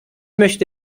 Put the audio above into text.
möchte